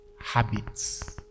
habits